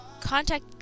contact